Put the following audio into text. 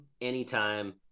anytime